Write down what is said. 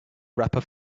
rapper